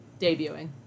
debuting